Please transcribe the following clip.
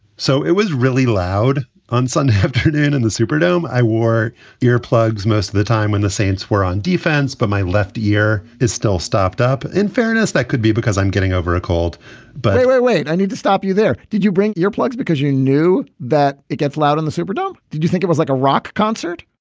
so it was really loud on sunday afternoon in and the superdome. i wore earplugs most of the time when the saints were on defense, but my left ear is still stopped up. in fairness, that could be because i'm getting over a cold but wait, wait, i need to stop you there. did you bring earplugs because you knew that it gets loud in the superdome? did you think it was like a rock concert?